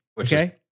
okay